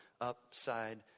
upside